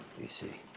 you see.